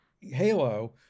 halo